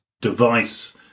device